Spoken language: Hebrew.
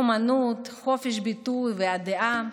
אומנות וחופש הביטוי והדעה.